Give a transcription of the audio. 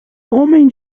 homem